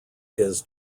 his